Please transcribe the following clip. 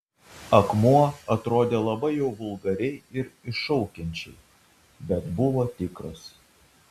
akmuo atrodė labai jau vulgariai ir iššaukiančiai bet buvo tikras